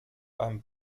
beim